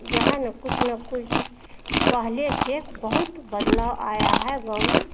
जो है ना कुछ न कुछ पहले से बहुत बदलाव आया है गाँव में